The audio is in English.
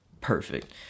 perfect